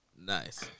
Nice